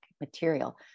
material